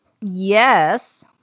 Yes